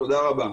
תודה רבה.